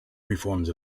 reforms